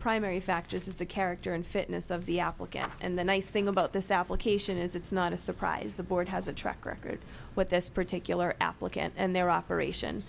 primary factors is the character and fitness of the applicant and the nice thing about this application is it's not a surprise the board has a track record with this particular applicant and their operation